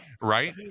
Right